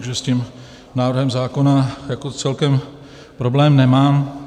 Takže s tím návrhem zákona jako celkem problém nemám.